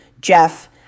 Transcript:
Jeff